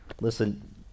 Listen